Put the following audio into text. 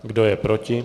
Kdo je proti?